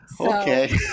Okay